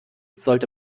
sollte